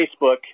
Facebook